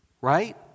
Right